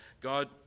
God